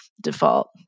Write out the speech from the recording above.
default